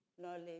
knowledge